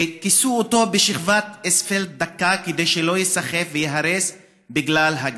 וכיסו אותו בשכבת אספלט דקה כדי שלא ייסחף וייהרס בגלל הגשם.